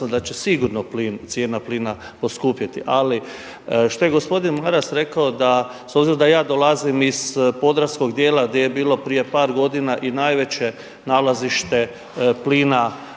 da će sigurno cijena plina poskupjeti. Ali što je gospodin Maras da s obzirom da ja dolazim iz podravskog dijela gdje je bilo prije par godina i najveće nalazište plina